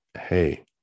hey